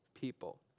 people